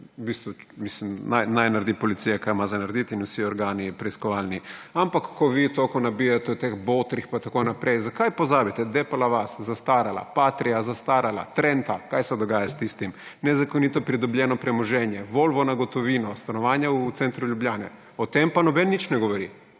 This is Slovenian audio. Jankovića, naj naredi policija, kar ima za narediti, in vsi preiskovalni organi. Ampak ko vi toliko nabijate o teh botrih in tako naprej, zakaj pozabite: Depala vas – zastarala; Patria – zastarala; Trenta – kaj se dogaja? Nezakonito pridobljeno premoženje, volvo na gotovino, stanovanja v centru Ljubljane. O tem pa noben nič ne govori.